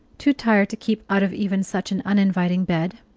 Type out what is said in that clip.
too tired to keep out of even such an uninviting bed,